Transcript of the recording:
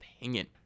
opinion